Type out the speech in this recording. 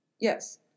Yes